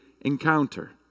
encounter